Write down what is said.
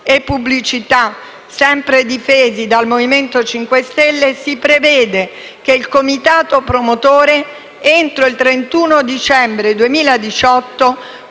grazie a tutta